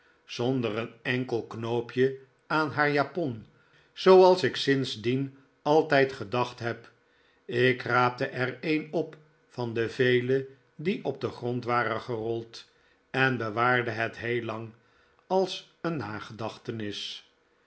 zonder een enkel knoopje aan haar japon zooals ik sindsdien altijd gedacht heb ik raapte er een op van de vele die op den grond waren gerold en bewaarde het heel lang als een gedachtenis